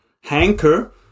hanker